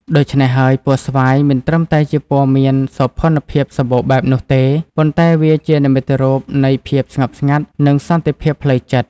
ដូច្នះហើយពណ៌ស្វាយ មិនត្រឹមតែជាពណ៌មានសោភ័ណភាពសម្បូរបែបនោះទេ ប៉ុន្តែវាជានិមិត្តរូបនៃ ភាពស្ងប់ស្ងាត់និង សន្តិភាពផ្លូវចិត្ត។